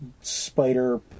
Spider